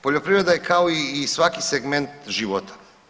Poljoprivreda je kao i svaki segment života.